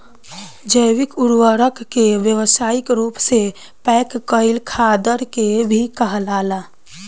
जैविक उर्वरक के व्यावसायिक रूप से पैक कईल खादर के भी कहाला